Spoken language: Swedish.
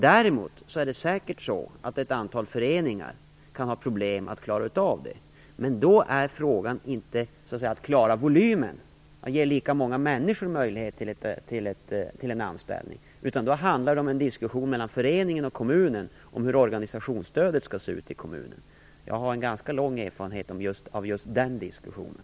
Däremot är det säkert så att ett antal föreningar kan ha problem att klara av det. Då är frågan inte att klara volymen, dvs. att ge lika många människor möjlighet till anställning utan då handlar det om en diskussion mellan föreningen och kommunen om hur organisationsstödet skall se ut i kommunen. Jag har ganska lång erfarenhet av just den diskussionen.